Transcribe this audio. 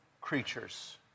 creatures